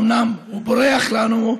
אומנם הוא בורח לנו,